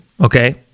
Okay